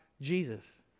Jesus